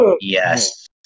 yes